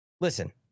listen